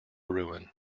ruin